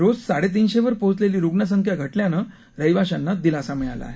रोज साडेतीनशेवर पोहचलेली रुग्णसंख्या घटल्यानं रहिवाशांना दिलासा मिळाला आहे